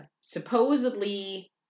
supposedly